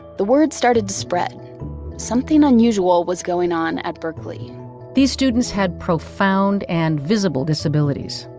the word started to spread something unusual was going on at berkeley these students had profound and visible disabilities.